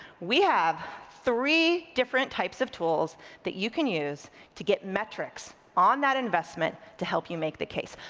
we have three different types of tools that you can use to get metrics on that investment to help you make the case.